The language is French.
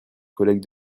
collègues